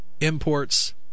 imports